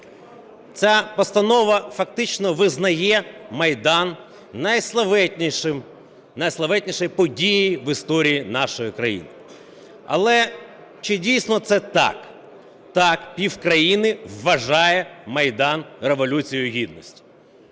Ця постанова фактично визнає Майдан найславетнішою подією в історії нашої країни. Але чи дійсно це так? Так, півкраїни вважає Майдан Революцією Гідності.